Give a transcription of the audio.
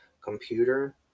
computer